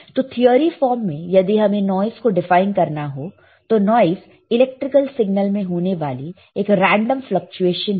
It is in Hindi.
तो थिअरी फॉर्म में यदि हमें नॉइस को डिफाइन करना हो तो नॉइस इलेक्ट्रिकल सिग्नल में होने वाली एक रेंडम फ्लकचुएशन है